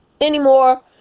anymore